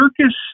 circus